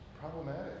problematic